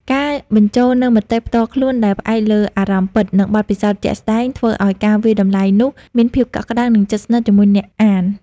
ការបញ្ចូលនូវមតិផ្ទាល់ខ្លួនដែលផ្អែកលើអារម្មណ៍ពិត និងបទពិសោធន៍ជាក់ស្តែង ធ្វើឱ្យការវាយតម្លៃនោះមានភាពកក់ក្តៅ និងជិតស្និទ្ធជាមួយអ្នកអាន។